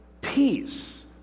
peace